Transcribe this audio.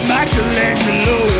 Michelangelo